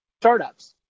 startups